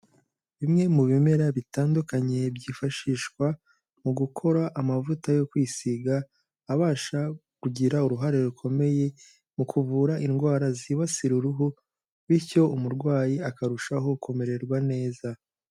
Bimwe mu bimera bitandukanye byifashishwa mu gukora amavuta yo kwisiga abasha kugira uruhare rukomeye mu kuvura indwara zibasira uruhu bityo umurwayi akarushaho kumererwa neza.